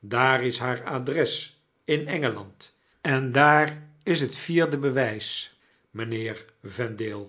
daar is haar adres in engeland en daar is het vierde bewjjs mijnheer vendale